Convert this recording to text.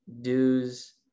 dues